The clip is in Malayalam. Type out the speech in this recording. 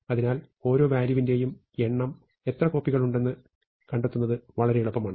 അതിനാൽ ഓരോ വാല്യൂവിന്റെയും എത്ര കോപ്പികൾ ഉണ്ടെന്ന് കണ്ടെത്തുന്നത് വളരെ എളുപ്പമാണ്